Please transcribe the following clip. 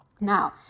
Now